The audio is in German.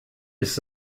ist